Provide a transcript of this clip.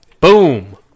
Boom